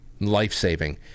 life-saving